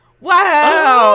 wow